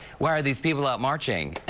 why are these people out marching, and